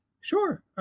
Sure